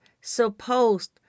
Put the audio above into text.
supposed